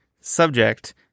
subject